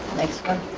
next one.